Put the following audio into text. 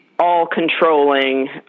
all-controlling